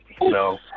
No